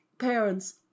parents